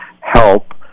help